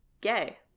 gay